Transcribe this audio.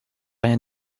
rien